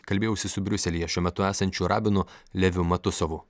kalbėjausi su briuselyje šiuo metu esančiu rabinu leviu matusavu